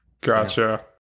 gotcha